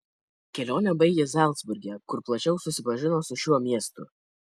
kelionę baigė zalcburge kur plačiau susipažino su šiuo miestu